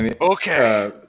Okay